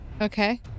Okay